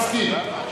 מסכים.